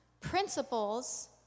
principles